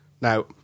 Now